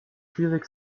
schwierig